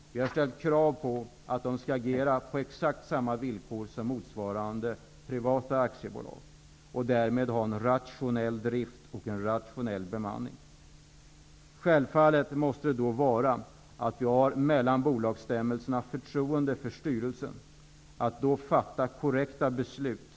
Vi har ställt krav på att Vattenfall skall agera på exakt samma villkor som motsvarande privata aktiebolag och därmed ha en rationell drift och bemanning. Självfallet måste vi mellan bolagsstämmorna ha förtroende för att styrelsen fattar korrekta beslut.